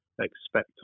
expect